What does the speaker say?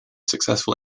successful